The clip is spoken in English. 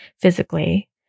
physically